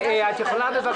לא.